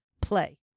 play